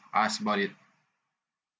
ask about it